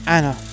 Anna